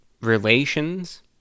relations